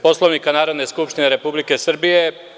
Poslovnika Narodne skupštine Republike Srbije.